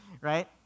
right